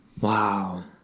Wow